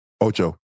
Ocho